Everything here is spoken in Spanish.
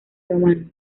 romano